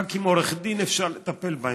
רק עם עורך דין אפשר לטפל בהם.